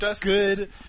good